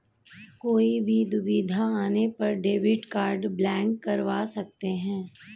कोई भी दुविधा आने पर डेबिट कार्ड ब्लॉक करवा सकते है